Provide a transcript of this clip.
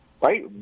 right